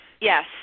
yes